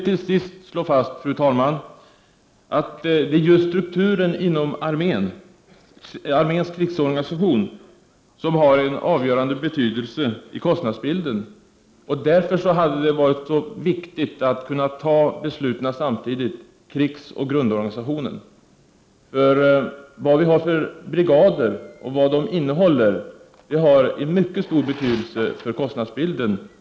Till sist vill jag, fru talman, slå fast att det är just strukturen inom arméns krigsorganisation som har en avgörande betydelse när det gäller kostnadsbilden. Därför hade det varit bra, om vi samtidigt hade kunnat fatta beslut om krigsoch grundorganisationen. Vilka brigader vi har och vad de innehåller har mycket stor betydelse med avseende på kostnadsbilden.